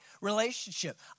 relationship